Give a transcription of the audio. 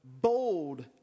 bold